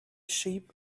sheep